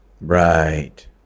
Right